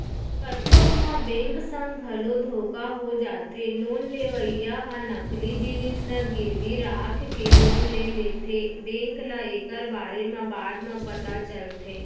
कतको घांव बेंक संग घलो धोखा हो जाथे लोन लेवइया ह नकली जिनिस ल गिरवी राखके लोन ले लेथेए बेंक ल एकर बारे म बाद म पता चलथे